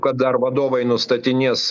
kad dar vadovai nustatinės